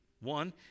one